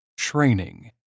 Training